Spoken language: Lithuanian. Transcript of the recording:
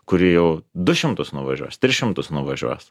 kuri jau du šimtus nuvažiuos tris šimtus nuvažiuos